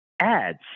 ads